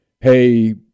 Hey